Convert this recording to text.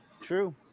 True